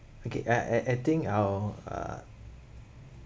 okay ad~ ad~ adding our uh